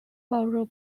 borrow